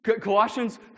Colossians